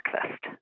breakfast